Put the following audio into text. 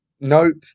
Nope